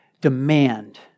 demand